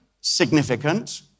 significant